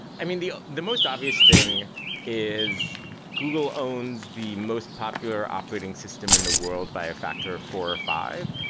i mean, the the most obvious thing is google owns the most popular operating system in the world by a factor of four or five.